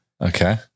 Okay